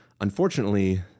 Unfortunately